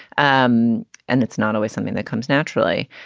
um and it's not always something that comes naturally.